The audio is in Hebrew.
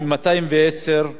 יותר מ-840,